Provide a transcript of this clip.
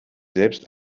selbst